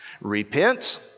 repent